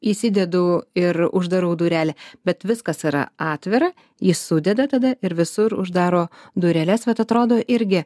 įsidedu ir uždarau durelę bet viskas yra atvira jis sudeda tada ir visur uždaro dureles vat atrodo irgi